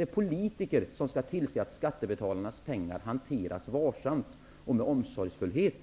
Det är politikerna som skall tillse att skattebetalarnas pengar hanteras varsamt och omsorgsfullt.